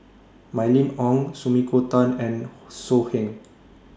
Mylene Ong Sumiko Tan and So Heng